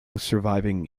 surviving